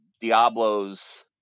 Diablo's